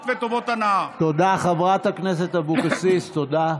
חברת הכנסת אבקסיס, תודה.